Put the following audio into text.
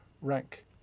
rank